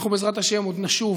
אנחנו, בעזרת השם, עוד נשוב